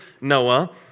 Noah